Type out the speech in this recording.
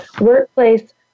workplace